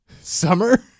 Summer